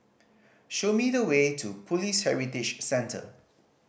show me the way to Police Heritage Centre